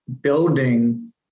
building